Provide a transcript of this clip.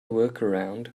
workaround